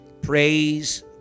praise